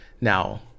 Now